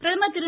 பிரதமர் திரு